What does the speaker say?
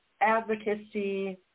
advocacy